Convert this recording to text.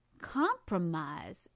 compromise